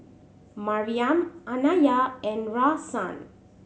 Mariam Anaya and Rahsaan